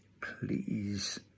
please